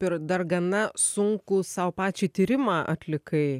ir dar gana sunkų sau pačiai tyrimą atlikai